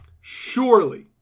Surely